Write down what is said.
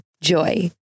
JOY